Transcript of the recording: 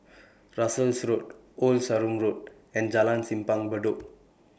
Russels Road Old Sarum Road and Jalan Simpang Bedok